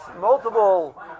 multiple